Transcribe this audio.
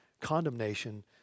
condemnation